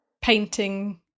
painting